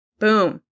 Boom